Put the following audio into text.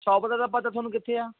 shop ਦਾ ਤਾਂ ਪਤਾ ਤੁਹਾਨੂੰ ਕਿੱਥੇ ਆ